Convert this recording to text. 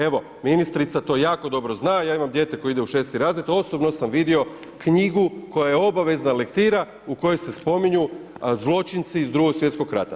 Evo ministrica to jako dobro zna, ja imam dijete koje ide u 6. razred, osobno sam vidio knjigu koja je obavezna lektira u kojoj se spominju zločinci iz II. svjetskog rata.